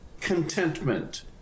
contentment